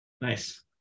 Nice